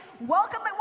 welcome